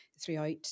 throughout